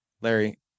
Larry